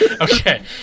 Okay